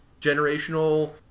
generational